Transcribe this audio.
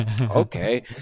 okay